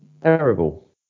Terrible